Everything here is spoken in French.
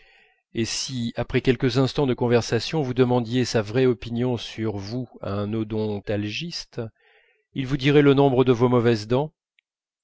et si après quelques instants de conversation vous demandiez sa vraie opinion sur vous à un odontalgiste il vous dirait le nombre de vos mauvaises dents